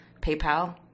PayPal